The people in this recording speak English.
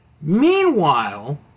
Meanwhile